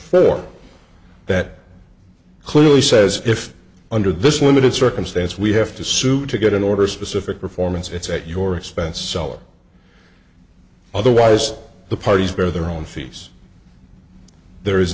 four that clearly says if under this limited circumstance we have to sue to get an order specific performance it's at your expense selo otherwise the parties bear their own fees there is